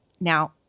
Now